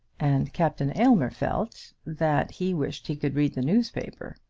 and captain aylmer felt that he wished he could read the newspaper.